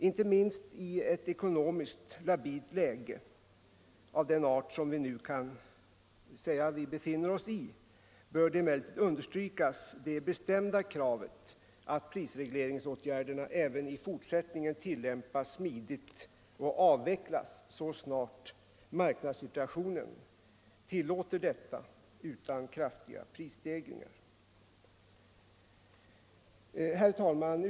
Inte minst i ett ekonomiskt labilt läge av den art vi nu kan säga att vi befinner oss i bör det bestämda kravet understrykas att prisregleringsåtgärderna även i fortsättningen tillämpas smidigt och avvecklas utan kraftiga prisstegringar så snart marknadssituationen tillåter det.